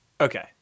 Okay